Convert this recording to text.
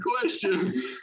question